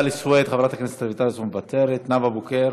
חברת הכנסת רויטל סויד, מוותרת, נאוה בוקר.